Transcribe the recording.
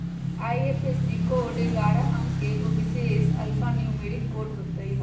IFSC code ऐगारह अंक के एगो विशेष अल्फान्यूमैरिक कोड होइत हइ